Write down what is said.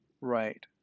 Right